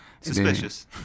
Suspicious